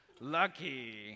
lucky